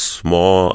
small